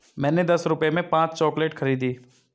मैंने दस रुपए में पांच चॉकलेट खरीदी